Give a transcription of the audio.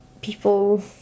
people